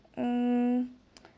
mm